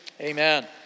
amen